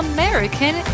American